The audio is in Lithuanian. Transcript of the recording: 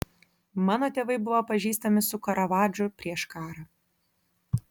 mano tėvai buvo pažįstami su karavadžu prieš karą